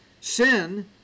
sin